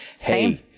hey